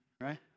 right